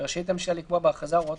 ורשאית הממשלה לקבוע בהכרזה הוראות